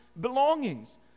belongings